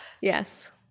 yes